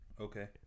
Okay